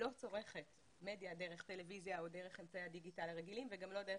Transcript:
לא צורכת מדיה דרך טלוויזיה או דרך אמצעי הדיגיטל הרגילים וגם לא דרך